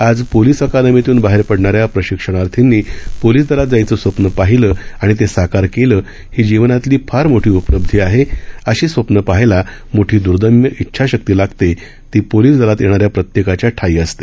आज पोलीस अकादमीतून बाहेर पडणाऱ्या प्रशिक्षणार्थींनी पोलीस दलात जायचं स्वप्न पाहिलं आणि ते साकार केलं ही जीवनातली फार मोठी उपलब्धी आहे अशी स्वप्न पहायला मोठी दुर्दम्य इच्छाशक्ती लागते ती पोलीस दलात येणाऱ्या प्रत्येकाच्या ठायी असते